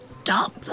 stop